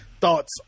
thoughts